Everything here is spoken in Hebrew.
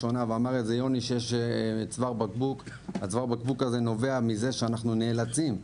יש צוואר בקבוק שנובע מכך שאנחנו נאלצים,